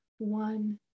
One